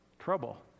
trouble